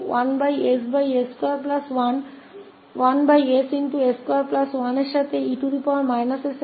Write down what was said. तो inverse Laplace परिवर्तन को खोजने के लिए यहाँ 1s ss21आएगा जहाँ हम इस 1s पर इस linearity गुण को लागू कर सकते हैं